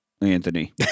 Anthony